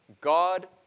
God